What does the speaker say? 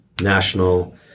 national